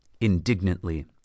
indignantly